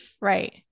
Right